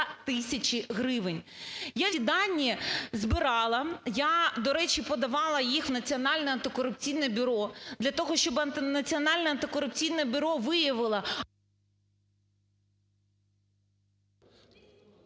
ці дані збирала, я, до речі, подавала їх в Національне антикорупційне бюро для того, щоб Національне антикорупційне бюро виявило...